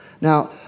Now